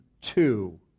two